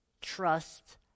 Trust